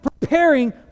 preparing